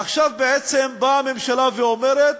עכשיו בעצם באה הממשלה ואומרת